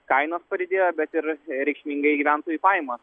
kainos padidėjo bet ir reikšmingai gyventojų pajamos